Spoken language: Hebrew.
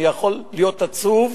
אני יכול להיות עצוב,